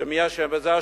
שמי אשם בזה?